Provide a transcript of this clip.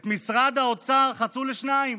את משרד האוצר חצו לשניים: